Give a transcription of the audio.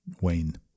Wayne